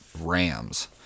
Rams